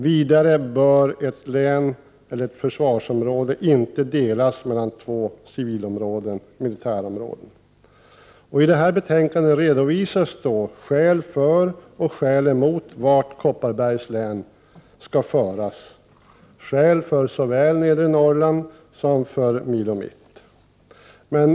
Vidare bör ett 25 maj 1989 län militärområden. I betänkandet redovisas skäl för och skäl emot vart Kopparbergs län skall föras, skäl för såväl Nedre Norrland som för Milo Mitt.